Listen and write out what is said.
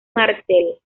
martel